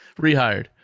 Rehired